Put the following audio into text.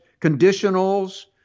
conditionals